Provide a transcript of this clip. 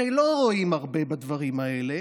ולא רואים הרבה בדברים האלה,